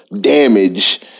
damage